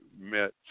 met